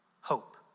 Hope